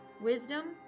wisdom